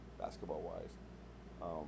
basketball-wise